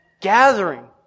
gathering